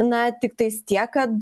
na tiktais tiek kad